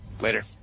Later